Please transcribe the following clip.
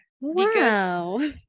Wow